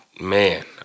man